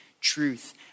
truth